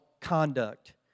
conduct